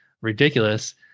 ridiculous